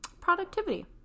productivity